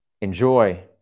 enjoy